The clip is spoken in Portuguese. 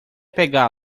pegá